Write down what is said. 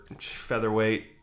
featherweight